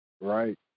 Right